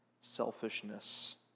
selfishness